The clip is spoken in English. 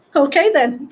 ok, then.